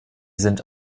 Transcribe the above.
sind